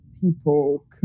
people